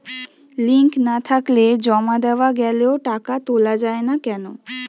Link না থাকলে জমা দেওয়া গেলেও টাকা তোলা য়ায় না কেন?